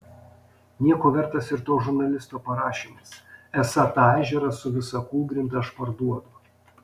nieko vertas ir to žurnalisto parašymas esą tą ežerą su visa kūlgrinda aš parduodu